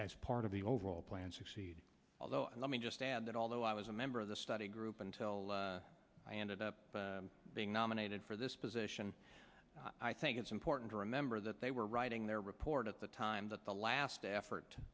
as part of the overall plan succeed although let me just add that although i was a member of the study group until i ended up being nominated for this position i think it's important to remember that they were writing their report at the time that the last effort